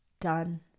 done